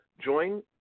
join